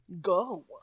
go